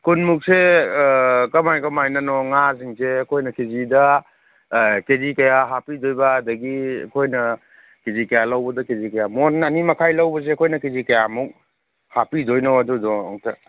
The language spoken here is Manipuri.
ꯀꯨꯟꯃꯨꯛꯁꯦ ꯀꯃꯥꯏꯅ ꯀꯃꯥꯏꯅꯅꯣ ꯉꯥꯁꯤꯡꯁꯦ ꯑꯩꯈꯣꯏꯅ ꯀꯦ ꯖꯤꯗ ꯀꯦ ꯖꯤ ꯀꯌꯥ ꯍꯥꯞꯄꯤꯗꯣꯏꯕ ꯑꯗꯒꯤ ꯑꯈꯣꯏꯅ ꯀꯦ ꯖꯤ ꯀꯌꯥ ꯂꯧꯕꯗ ꯀꯦ ꯖꯤ ꯀꯌꯥ ꯃꯣꯟ ꯑꯅꯤ ꯃꯈꯥꯏ ꯂꯧꯕꯁꯦ ꯑꯩꯈꯣꯏꯅ ꯀꯦ ꯖꯤ ꯀꯌꯥꯃꯨꯛ ꯍꯥꯞꯄꯤꯗꯣꯏꯅꯣ ꯑꯗꯨꯗꯣ ꯑꯝꯇ